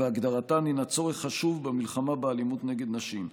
והגדרתן הינה צורך חשוב במלחמה באלימות נגד נשים.